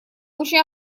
очень